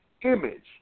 image